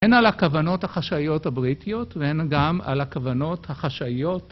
אין על הכוונות החשאיות הבריטיות ואין גם על הכוונות החשאיות